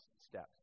steps